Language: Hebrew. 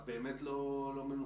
בעין הבאמת לא מנוסה.